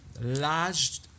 large